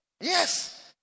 Yes